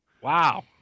wow